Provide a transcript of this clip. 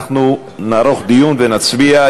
אנחנו נערוך דיון ונצביע.